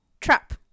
Trap